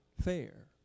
fair